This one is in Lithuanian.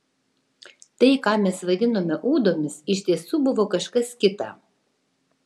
tai ką mes vadinome ūdomis iš tiesų buvo kažkas kita